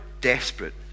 desperate